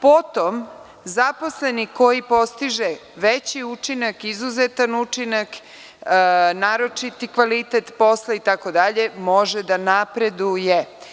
Potom zaposleni koji postiže veći učinak, izuzetan učinak, naročiti kvalitet posla itd, može da napreduje.